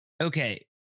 okay